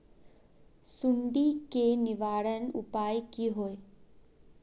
सुंडी के निवारण उपाय का होए?